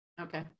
okay